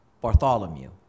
Bartholomew